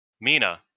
Mina